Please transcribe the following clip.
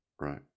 Right